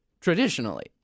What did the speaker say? traditionally